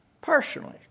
personally